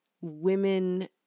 women